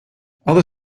other